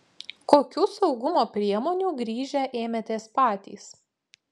kokių saugumo priemonių grįžę ėmėtės patys